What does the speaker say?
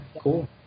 Cool